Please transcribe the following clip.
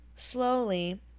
slowly